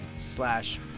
Slash